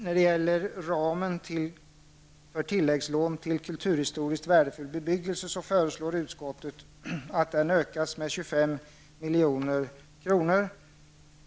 När det gäller ramen för tilläggslån till kulturhistoriskt värdefull bebyggelse föreslår utskottet att den ökas med 25 milj.kr.